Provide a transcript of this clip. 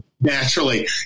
naturally